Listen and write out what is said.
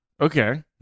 Okay